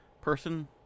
person